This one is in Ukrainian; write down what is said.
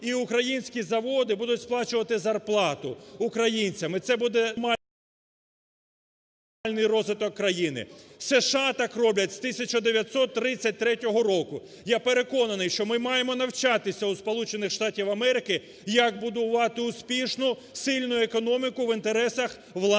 і українські заводи будуть сплачувати зарплату українцям і це буде нормальний розвиток країни. США так роблять з 1933 року. Я переконаний, що ми маємо навчатися у Сполучених Штатів Америки, як будувати успішну сильну економіку в інтересах власних